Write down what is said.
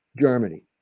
Germany